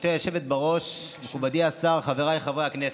גברתי היושבת-ראש, מכובדי השר, חבריי חברי הכנסת,